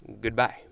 Goodbye